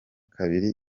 kabiri